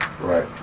right